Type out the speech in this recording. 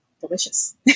delicious